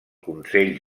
consell